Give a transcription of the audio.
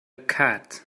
cat